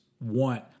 want